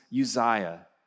Uzziah